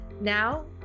Now